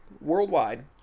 worldwide